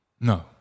No